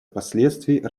последствий